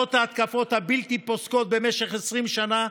למרות ההתקפות הבלתי-פוסקות במשך 20 שנה,